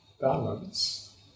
balance